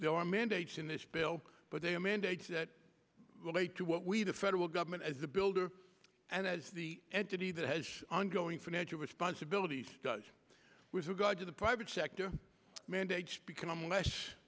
your mandates in this bill but they are mandates that relate to what we the federal government as a builder and as the entity that has ongoing financial responsibilities with regard to the private sector mandates become less